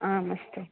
आम् अस्तु